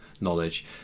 knowledge